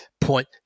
point